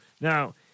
Now